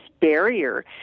barrier